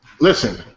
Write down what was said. Listen